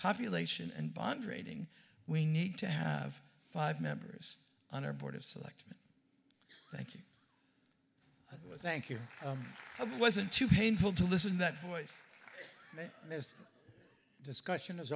population and bond rating we need to have five members on our board of selectmen thank you thank you i wasn't too painful to listen that voice this discussion is